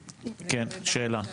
שאלה,